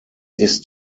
ist